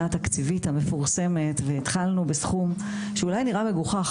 התקציבית המפורסמת והתחלנו בסכום שאולי נראה מגוחך,